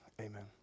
amen